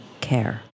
care